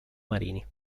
marini